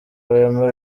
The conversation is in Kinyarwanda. wema